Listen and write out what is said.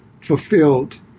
fulfilled